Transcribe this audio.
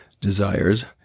desires